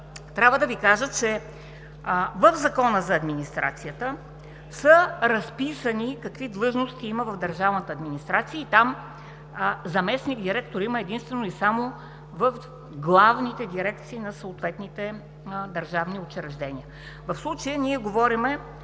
трябва да Ви кажа, че в Закона за администрацията са разписани какви длъжности има в държавната администрация и там „заместник-директор“ има единствено и само в главните дирекции на съответните държавни учреждения. В случая ние говорим